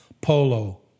polo